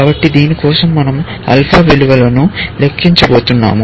కాబట్టి దీని కోసం మనం ఆల్ఫా విలువలను లెక్కించబోతున్నాము